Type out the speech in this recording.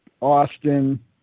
austin